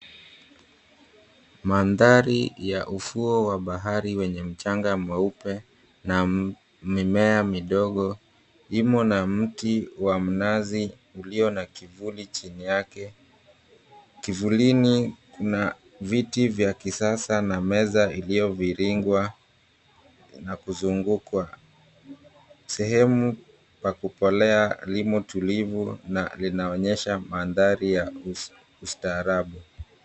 Mandhari ya ufuo wa bahari wenye mchanga mweupe na mimea midogo imo na mti wa mnazi ulio na kivuli chini yake. Kivulini na viti vya kisasa na meza iliyo viringwa na kuzungukwa. Sehemu pa kupolea limo tulivu na linaonyesha mandhari ya ustaarabu.